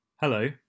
Hello